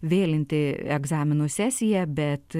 vėlinti egzaminų sesiją bet